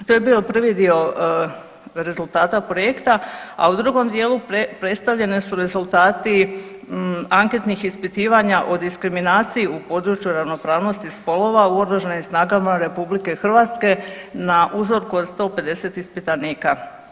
To je bio prvi dio rezultata projekta, a u drugom dijelu predstavljeni su rezultati anketnih ispitivanja o diskriminaciji u području ravnopravnosti spolova u Oružanim snagama RH na uzorku od 150 ispitanika.